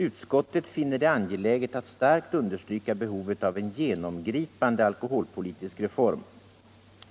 Utskottet finner det angeläget att starkt understryka behovet av en genomgripande alkoholpolitisk reform.